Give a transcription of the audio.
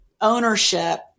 ownership